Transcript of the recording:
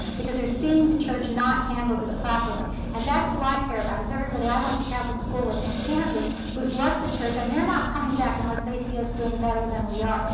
because they're seeing the church not handle this properly. and that's all so i care about as everybody. i went to catholic school with in kansas who's left the church and they're not coming back unless they see us doing better than we are.